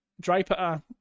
Draper